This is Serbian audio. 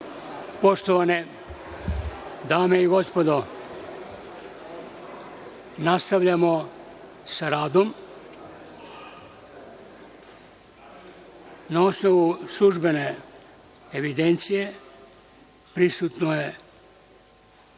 Poštovane dame i gospodo, nastavljamo sa radom. Na osnovu službene evidencije o prisutnosti